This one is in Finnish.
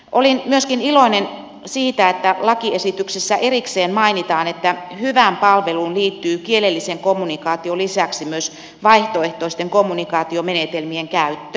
olin iloinen myöskin siitä että lakiesityksessä erikseen mainitaan että hyvään palveluun liittyy kielellisen kommunikaation lisäksi myös vaihtoehtoisten kommunikaatiomenetelmien käyttö